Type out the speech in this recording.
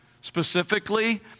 specifically